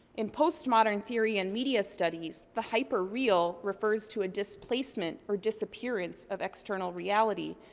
in post-modern theory and media studies, the hyperreal refers to a displacement or disappearance of external reality,